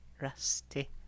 Rusty